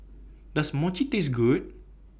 Does Mochi Taste Good